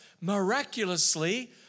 miraculously